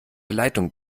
leitung